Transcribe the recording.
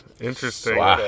Interesting